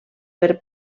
per